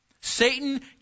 Satan